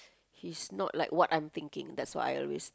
he's not like what I'm thinking that's why I risk